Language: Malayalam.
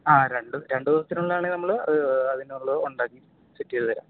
ആ രണ്ട് രണ്ട് ദിവസത്തിനുള്ളിലാണെ നമ്മൾ അതിനുള്ളത് ഉണ്ടാക്കി സെറ്റ് ചെയ്തു തരാം